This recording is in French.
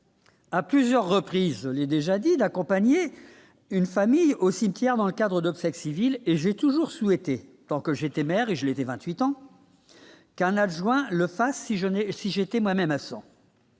à plusieurs reprises les déjà dit d'accompagner une famille au cimetière, dans le cadre d'obsèques civiles et j'ai toujours souhaité tant que j'étais maire et je l'été 28 ans qu'un adjoint le fasse si jeune et si j'étais moi-même à 100.